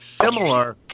similar